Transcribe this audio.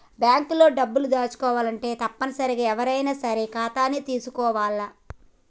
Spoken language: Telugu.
బాంక్ లో డబ్బులు దాచుకోవాలంటే తప్పనిసరిగా ఎవ్వరైనా సరే ఖాతాని తీసుకోవాల్ల